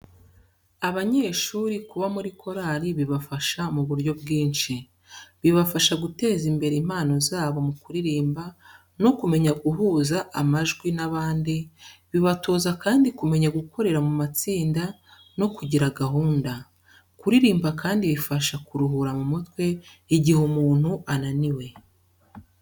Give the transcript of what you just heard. Abanyeshuri kuba muri korali bibafasha mu buryo bwinshi. Bibafasha guteza imbere impano zabo mu kuririmba, no kumenya guhuza amajwi n'abandi, bibatoza kandi kumenya gukorera mu matsinda no kugira gahunda. Kuririmba kandi bifasha kuruhura mu mutwe igihe umuntu ananiwe.